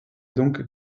donc